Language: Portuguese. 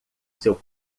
seu